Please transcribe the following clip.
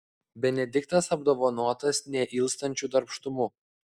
benediktas apdovanotas neilstančiu darbštumu